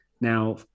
now